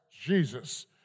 Jesus